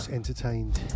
entertained